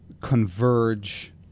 converge